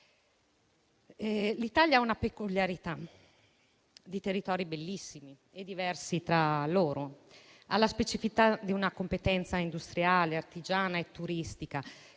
L'Italia ha una peculiarità derivante da territori bellissimi e diversi tra loro ed ha la specificità di una competenza industriale, artigiana e turistica